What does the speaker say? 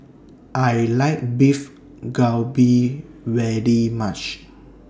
I like Beef Galbi very much